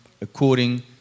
according